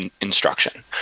instruction